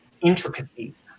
intricacies